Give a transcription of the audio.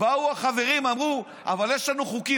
באו החברים ואמרו: אבל יש לנו חוקים.